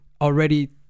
already